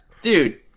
dude